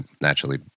Naturally